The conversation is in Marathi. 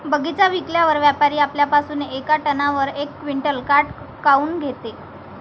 बगीचा विकल्यावर व्यापारी आपल्या पासुन येका टनावर यक क्विंटल काट काऊन घेते?